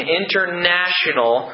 international